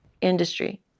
industry